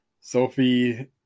Sophie